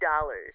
dollars